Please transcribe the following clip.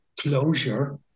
closure